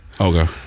Okay